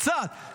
קצת,